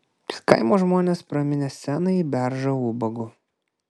kaimo žmonės praminė senąjį beržą ubagu